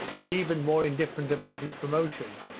and even more indifferent about his promotion,